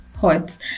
hot